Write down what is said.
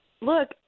Look